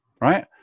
right